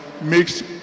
makes